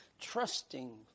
Trusting